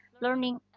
learning